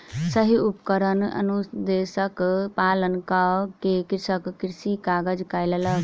सही उपकरण अनुदेशक पालन कअ के कृषक कृषि काज कयलक